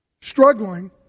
struggling